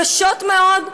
קשות מאוד,